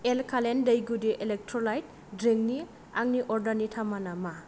alkaline दै गुदि electrolyte ड्रिंकनि आंनि अर्डारनि थामाना मा